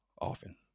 often